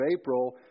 April